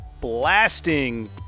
blasting